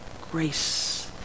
grace